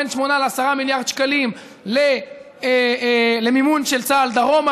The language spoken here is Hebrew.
בין 8 ל-10 מיליארד שקלים למימון של צה"ל דרומה.